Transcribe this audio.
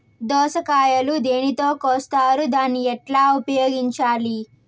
దోస కాయలు దేనితో కోస్తారు దాన్ని ఎట్లా ఉపయోగించాలి?